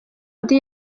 undi